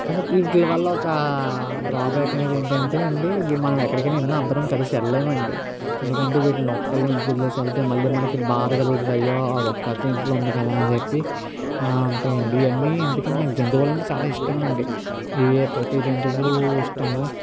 కానీ వీట్ల వల్ల ఒక డ్రాబ్యాక్ అనేదేంటంటే అండి మనం ఎక్కడికైనా అందరం కలిసి వేళ్ళేమండి ఎందుకంటే వీట్లనోక్కన్నే ఇంట్లో వదిలేసి వెళ్తే మళ్ళీ మనకి బాధ కలుగుతుంది అయ్యో అదొక్కటే ఇంట్లోనే ఉంది కదా అని చెప్పి ఉంటాయండి ఇవన్నీ ఎందుకంటే నాకు జంతువులంటే చాలా ఇష్టమండి ఇవే ప్రతి జంతువు ఇష్టము